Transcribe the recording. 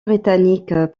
britanniques